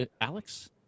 alex